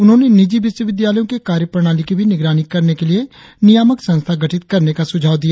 उन्होंने निजी विश्वविद्यालयों के कार्यप्रणाली की भी निगरानी करने के लिए नियामक संस्था गठित करने का सुझाव दिया